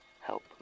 help